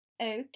Okay